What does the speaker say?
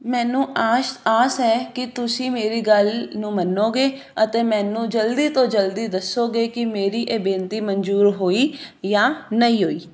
ਮੈਨੂੰ ਆਸ਼ ਆਸ ਹੈ ਕਿ ਤੁਸੀਂ ਮੇਰੀ ਗੱਲ ਨੂੰ ਮੰਨੋਗੇ ਅਤੇ ਮੈਨੂੰ ਜਲਦੀ ਤੋਂ ਜਲਦੀ ਦੱਸੋਗੇ ਕਿ ਮੇਰੀ ਇਹ ਬੇਨਤੀ ਮਨਜ਼ੂਰ ਹੋਈ ਜਾਂ ਨਹੀਂ ਹੋਈ